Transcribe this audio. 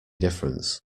difference